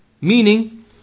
Meaning